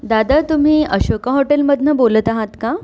दादा तुम्ही अशोका हॉटेलमधनं बोलत आहात का